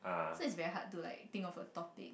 so it's very hard to like think of a topic